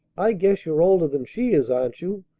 i guess you're older than she is, aren't you?